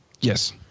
Yes